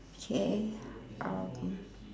okay um